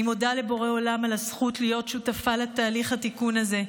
אני מודה לבורא עולם על הזכות להיות שותפה לתהליך התיקון הזה,